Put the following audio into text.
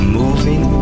moving